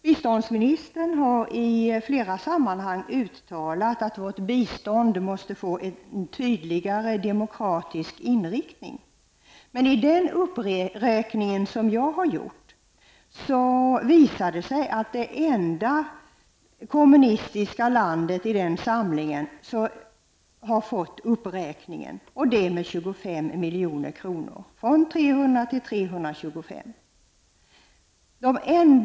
Biståndsministern har i flera sammanhang uttalat att vårt bistånd måste få en tydligare demokratisk inriktning. Av den uppräkning som jag har gjort framgår det att det har skett en uppräkning med 25 miljoner beträffande det enda kommunistiska landet i den här samlingen. Det har alltså skett en höjning från 300 till 325 milj.kr.